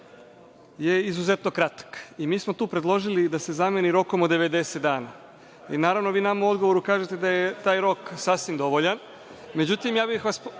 je izuzetno kratak. Mi smo tu predložili da se zameni rokom od 90 dana. Naravno, vi nama u odgovoru kažete da je taj rok sasvim dovoljan.Međutim,